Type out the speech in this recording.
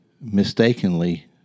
mistakenly